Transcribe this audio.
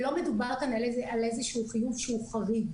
ולא מדובר כאן על איזשהו חיוב שהוא חריג,